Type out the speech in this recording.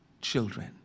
children